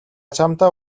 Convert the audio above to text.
чамтай